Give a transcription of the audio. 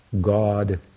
God